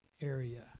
area